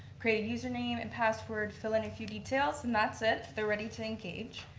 create a user name and password, fill in a few details and that's it they're ready to engage.